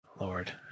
Lord